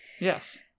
Yes